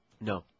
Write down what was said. No